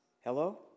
Hello